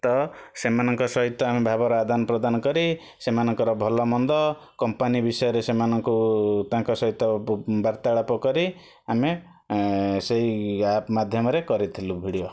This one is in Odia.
ତ ସେମାନଙ୍କ ସହିତ ଆମ ଭାବର ଆଦାନପ୍ରଦାନ କରି ସେମାନଙ୍କର ଭଲ ମନ୍ଦ କମ୍ପାନୀ ବିଷୟରେ ସେମାନଙ୍କୁ ତାଙ୍କ ସହିତ ବୁ ବାର୍ତ୍ତାଳାପ କରି ଆମେ ସେଇ ଆପ୍ ମାଧ୍ୟମରେ କରିଥିଲୁ ଭିଡ଼ିଓ